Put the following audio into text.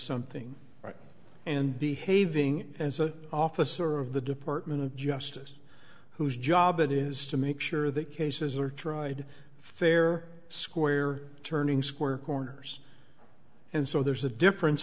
something and behaving as an officer of the department of justice whose job it is to make sure that cases are tried fair square turning square corners and so there's a difference